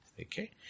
Okay